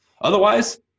Otherwise